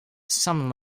some